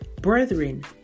Brethren